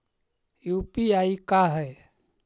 UPI का है?